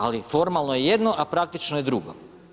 Ali formalno je jedno, a praktično je drugo.